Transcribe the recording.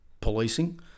policing